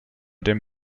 dem